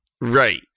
right